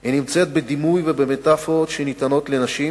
היא נמצאת בדימוי ובמטאפורות שניתנות לנשים,